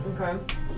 Okay